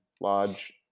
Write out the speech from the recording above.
lodge